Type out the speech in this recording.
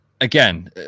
Again